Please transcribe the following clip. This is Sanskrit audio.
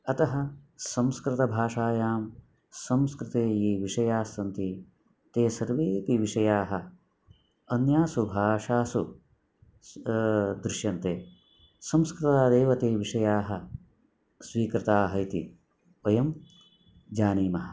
अतः संस्कृतभाषायां संस्कृते ये विषयास्सन्ति ते सर्वेपि विषयाः अन्यासु भाषासु स् दृश्यन्ते संस्कृतादेव ते विषयाः स्वीकृताः इति वयं जानीमः